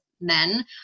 men